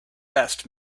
best